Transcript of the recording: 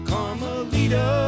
Carmelita